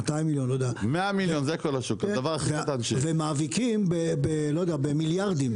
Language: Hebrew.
200 מיליון ומאביקים במיליארדים.